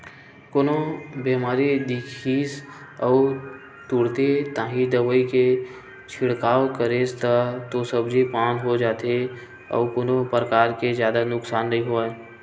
कोनो बेमारी दिखिस अउ तुरते ताही दवई के छिड़काव करेस तब तो सब्जी पान हो जाथे अउ कोनो परकार के जादा नुकसान नइ होवय